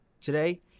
Today